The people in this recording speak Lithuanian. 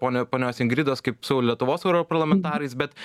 ponios ingridos kaip su lietuvos europarlamentarais bet